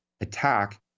attack